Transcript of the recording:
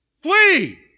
Flee